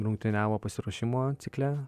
rungtyniavo pasiruošimo cikle